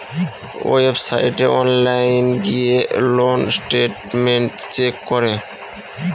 ওয়েবসাইটে অনলাইন গিয়ে loan statement check করে